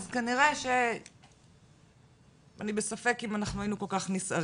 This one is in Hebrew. אז אני בספק אם אנחנו היינו כל כך נסערים.